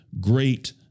great